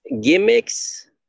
Gimmicks